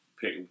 pick